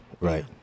right